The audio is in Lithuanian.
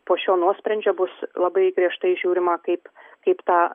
po šio nuosprendžio bus labai griežtai žiūrima kaip kaip tą